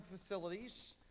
facilities